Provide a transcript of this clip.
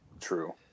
True